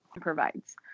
provides